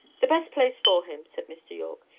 the best place for him, said mr. yorke.